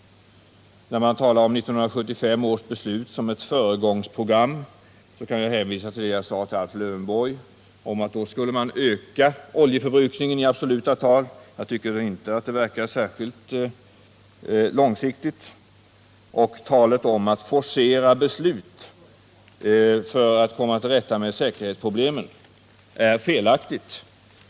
När hon talar om 1975 års beslut som ett föregångsprogram kan jag hänvisa till vad jag sade till Alf Lövenborg, nämligen att då skulle man öka oljeförbrukningen i absoluta tal. Jag tycker inte att det verkar särskilt långsiktigt tänkt. Och talet om att forcera beslut för att komma till rätta med säkerhetsproblemen är felaktigt.